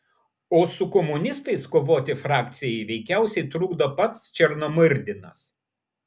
o su komunistais kovoti frakcijai veikiausiai trukdo pats černomyrdinas